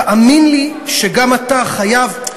תאמין לי שגם אתה חייב,